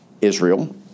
Israel